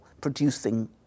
producing